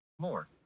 More